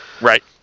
Right